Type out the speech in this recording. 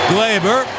Glaber